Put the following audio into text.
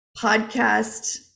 podcast